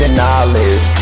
knowledge